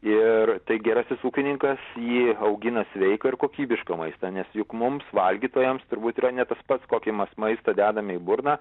ir tai gerasis ūkininkas jį augina sveiką ir kokybišką maistą nes juk mums valgytojams turbūt yra ne tas pats kokį mas maistą dedame į burną